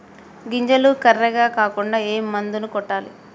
గింజలు కర్రెగ కాకుండా ఏ మందును కొట్టాలి?